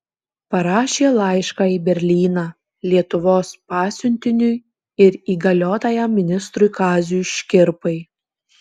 parašė laišką į berlyną lietuvos pasiuntiniui ir įgaliotajam ministrui kaziui škirpai